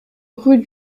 rue